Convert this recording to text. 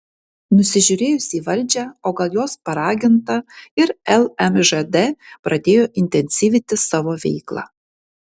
nusižiūrėjusi į valdžią o gal jos paraginta ir lmžd pradėjo intensyvinti savo veiklą